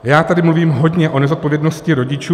Já tady mluvím hodně o nezodpovědnosti rodičů.